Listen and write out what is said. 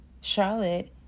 Charlotte